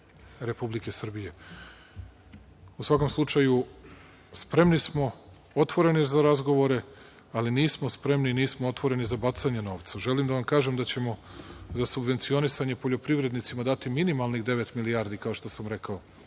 Republike Srbije.U svakom slučaju, spremni smo, otvoreni za razgovore, ali nismo spremni, nismo otvoreni za bacanje novca. Želim da vam kažem da ćemo za subvencionisanje poljoprivrednicima dati minimalnih devet milijardi, kao što sam rekao,